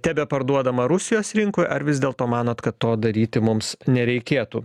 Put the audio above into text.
tebeparduodama rusijos rinkoj ar vis dėlto manot kad to daryti mums nereikėtų